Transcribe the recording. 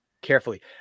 carefully